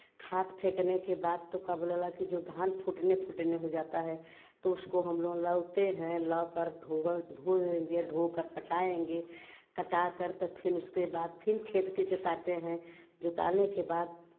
खाद फेंकने के बाद तो का बोलेला की जो धान फूटने फूटने हो जाता है तो उसको हमलोग लाते हैं लाकर ढो कर कटाएंगे कटाकर तो फिर उसके बाद फिर खेत को जोतवाते हैं जोतवाने के बाद